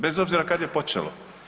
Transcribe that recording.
Bez obzira kad je počelo.